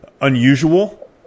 unusual